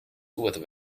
with